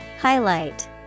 Highlight